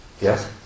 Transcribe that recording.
Yes